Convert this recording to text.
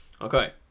Okay